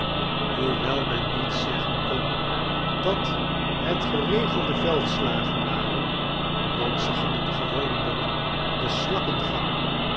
hoewel men niet zeggen kon dat het geregelde vemslagea waren wont ze gingen gewoonlijk den slakkengang